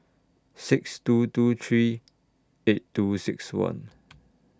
six two two three eight two six one